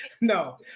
No